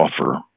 offer